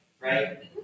right